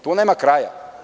Tu nema kraja.